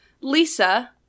Lisa